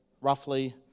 roughly